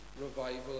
revival